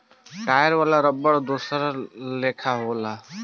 tyre वाला रबड़ दोसर लेखा होला